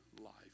life